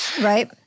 Right